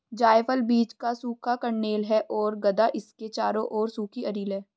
जायफल बीज का सूखा कर्नेल है और गदा इसके चारों ओर सूखी अरिल है